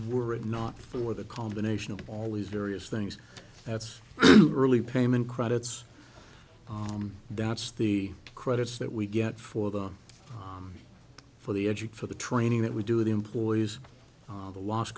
it not for the combination of all these various things that's really payment credits that's the credits that we get for the for the edge of for the training that we do the employees the los